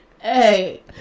Hey